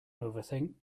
overthink